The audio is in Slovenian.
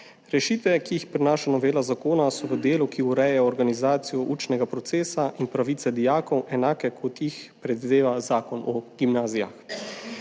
Rešitve, ki jih prinaša novela zakona, so v delu, ki ureja organizacijo učnega procesa in pravice dijakov, enake kot jih predvideva zakon o gimnazijah.